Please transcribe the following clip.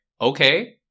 okay